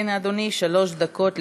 כן, אדוני, שלוש דקות לרשותך.